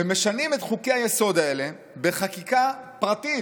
ומשנים את חוקי-היסוד האלה בחקיקה פרטית.